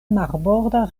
marborda